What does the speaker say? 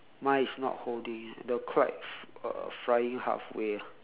mine is not holding eh the kite f~ uh flying half way